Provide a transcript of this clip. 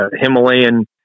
Himalayan